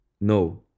no